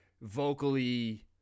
vocally